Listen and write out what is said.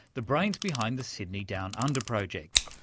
the brains behind the sydney down under project.